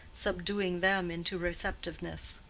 subduing them into receptiveness.